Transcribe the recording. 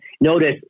notice